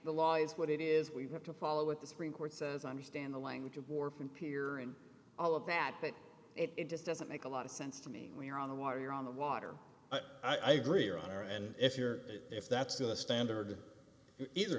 the law is what it is we have to follow what the supreme court says i understand the language of war from peer and all of that but it just doesn't make a lot of sense to me when you're on the water you're on the water i agree here and if you're if that's the standard either